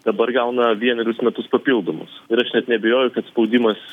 dabar gauna vienerius metus papildomus ir aš net neabejoju kad spaudimas